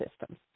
system